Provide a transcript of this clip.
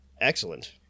Excellent